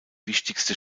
wichtigste